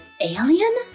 alien